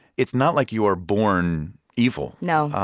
it's not like you are born evil no